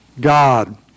God